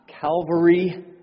Calvary